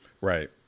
Right